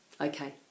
Okay